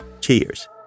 Cheers